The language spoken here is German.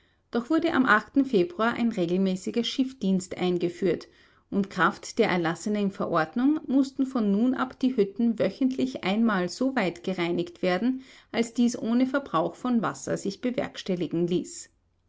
doch wurde am februar ein regelmäßiger schiffdienst eingefühlt und kraft der erlassenen verordnung mußten von nun ab die hütten wöchentlich einmal so weit gereinigt werden als dies ohne verbrauch von wasser sich bewerkstelligen ließ